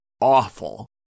awful